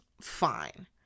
fine